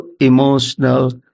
emotional